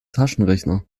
taschenrechner